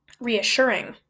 reassuring